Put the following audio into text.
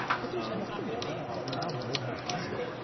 but there's nothing wrong, we now know how to finish,